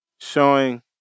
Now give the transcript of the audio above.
Showing